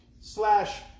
slash